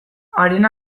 haren